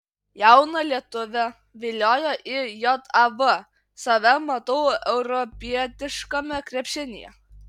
jauną lietuvę viliojo į jav save matau europietiškame krepšinyje